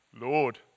Lord